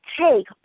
take